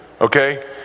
Okay